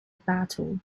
battle